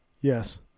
yes